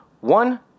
one